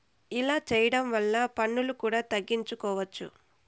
ఇలా చేయడం వల్ల పన్నులు కూడా తగ్గించుకోవచ్చు